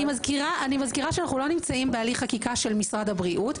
אני מזכירה שאנחנו לא נמצאים בהליך חקיקה של משרד הבריאות,